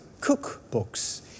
cookbooks